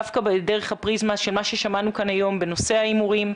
דווקא דרך הפריזמה של מה ששמענו כאן היום בנושא ההימורים,